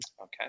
Okay